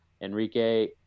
Enrique